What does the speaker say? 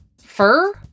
fur